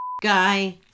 guy